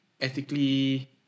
ethically